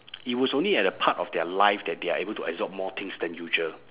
it was only at a part of their life that they are able to absorb more things than usual